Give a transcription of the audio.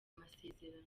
amasezerano